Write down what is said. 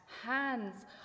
hands